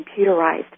computerized